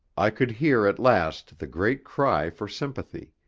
i could hear at last the great cry for sympathy,